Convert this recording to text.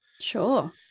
Sure